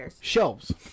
shelves